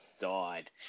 died